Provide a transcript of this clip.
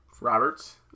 Roberts